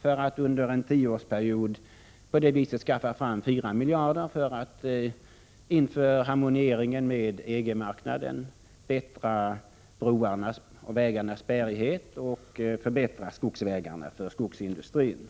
för att under en tioårsperiod ta fram 4 miljarder i syfte att inför harmoniseringen med EG-marknaden förbättra broarnas och vägarnas bärighet samt förbättra skogsvägarna för skogsindustrin.